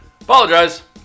apologize